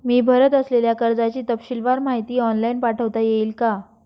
मी भरत असलेल्या कर्जाची तपशीलवार माहिती ऑनलाइन पाठवता येईल का?